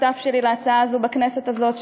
השותף שלי להצעה הזאת בכנסת הזאת,